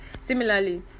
Similarly